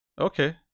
okay